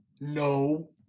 No